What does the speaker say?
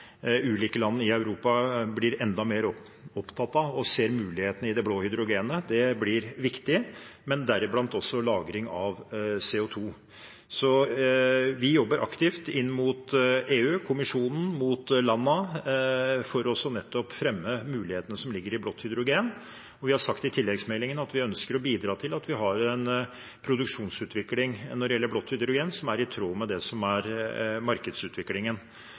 ulike land i Europa, blir enda mer opptatt av og ser mulighetene i det blå hydrogenet blir viktig, men deriblant også lagring av CO 2 . Så vi jobber aktivt inn mot EU, Kommisjonen og landene, for nettopp å fremme mulighetene som ligger i blått hydrogen. Vi har sagt i tilleggsmeldingen at vi ønsker å bidra til at når det gjelder blått hydrogen, har vi en produksjonsutvikling som er i tråd med det som er markedsutviklingen.